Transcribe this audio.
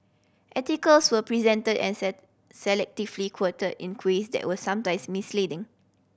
articles were presented and selectively quoted in that were sometimes misleading